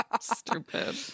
stupid